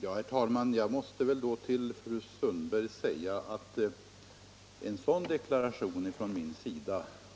Herr talman!